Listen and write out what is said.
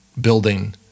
building